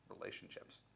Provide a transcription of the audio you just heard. relationships